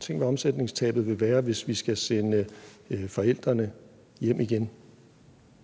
Tænk, hvad omsætningstabet vil være, hvis vi skal sende forældrene hjem igen.